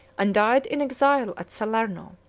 and died in exile at salerno.